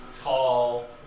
tall